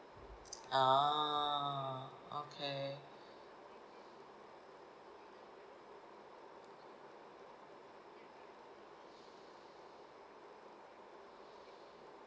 ah okay